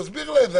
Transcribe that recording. תסביר לה את זה.